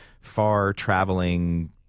far-traveling